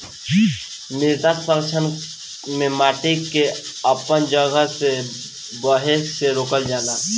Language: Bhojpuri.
मृदा संरक्षण में माटी के अपन जगह से बहे से रोकल जाला